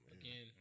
Again